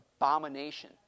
abomination